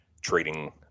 trading